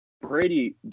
Brady